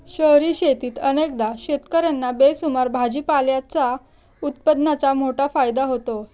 शहरी शेतीत अनेकदा शेतकर्यांना बेसुमार भाजीपाल्याच्या उत्पादनाचा मोठा फायदा होतो